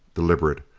deliberate.